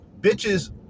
bitches